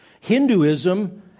Hinduism